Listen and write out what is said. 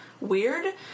weird